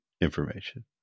information